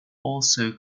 also